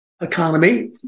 economy